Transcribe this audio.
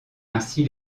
ainsi